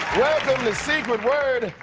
welcome to secret word.